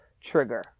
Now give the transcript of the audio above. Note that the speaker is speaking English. trigger